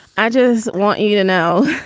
i just want you to know